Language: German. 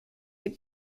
ihr